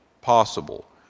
possible